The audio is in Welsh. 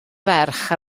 ferch